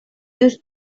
used